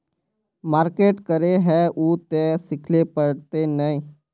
Market करे है उ ते सिखले पड़ते नय?